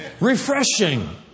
Refreshing